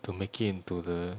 to make it into the